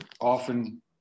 often